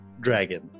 dragon